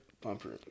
bumper